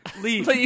leave